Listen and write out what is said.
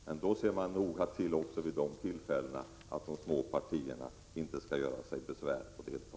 Vid de tillfällena ser man emellertid noga till att de små politiska partierna inte skall göra sig besvär att delta.